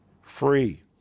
free